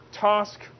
task